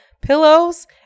pillows